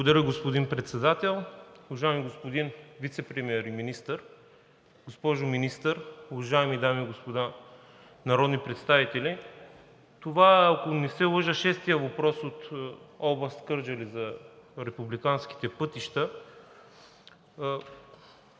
Благодаря, господин Председател. Уважаеми господин Вицепремиер и министър, госпожо Министър, уважаеми дами и господа народни представители! Това е, ако не се лъжа, шестият въпрос от област Кърджали за републиканските пътища.